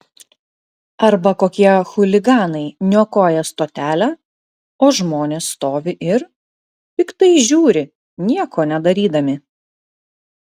arba kokie chuliganai niokoja stotelę o žmonės stovi ir piktai žiūri nieko nedarydami